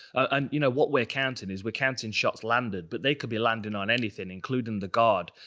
um you know what we're counting is we're counting shots landed but they could be landing on anything, including the guard.